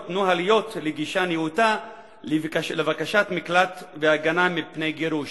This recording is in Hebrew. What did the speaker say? נוהליות לגישה נאותה לבקשת מקלט והגנה מפני גירוש.